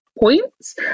points